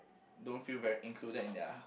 don't feel very included in their